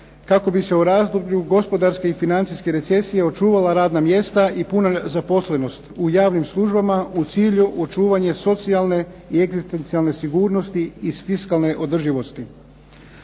kako bi se u razdoblju gospodarske i financijske recesije očuvala radna mjesta i puna zaposlenost u javnim službama u cilju očuvanja socijalne i egzistencijalne sigurnosti iz fiskalne održivosti.